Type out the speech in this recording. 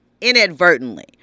inadvertently